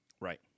Right